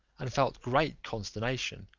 and felt great consternation,